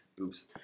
Oops